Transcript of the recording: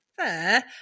fair